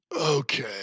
Okay